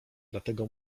dlatego